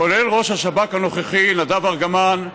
כולל של ראש השב"כ הנוכחי נדב ארגמן,